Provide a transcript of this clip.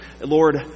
Lord